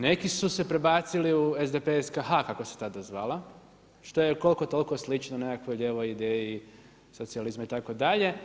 Neki su se prebacili u SDP SKH kako se tada zvala što je koliko toliko slično nekakvoj lijevoj ideji socijalizma itd.